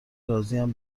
راضیم